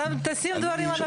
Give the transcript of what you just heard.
תשים דברים על השולחן.